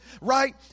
right